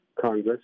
Congress